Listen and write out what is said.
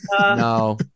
No